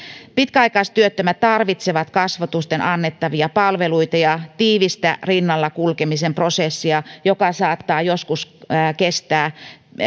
pitkäaikaistyöttömät tarvitsevat kasvotusten annettavia palveluita ja tiivistä rinnallakulkemisen prosessia joka saattaa joskus kestää